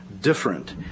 different